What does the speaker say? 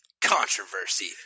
Controversy